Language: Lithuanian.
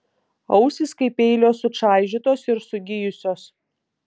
ausys kaip peilio sučaižytos ir sugijusios